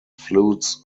flutes